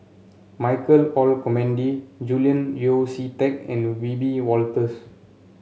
Michael Olcomendy Julian Yeo See Teck and Wiebe Wolters